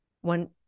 one